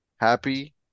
happy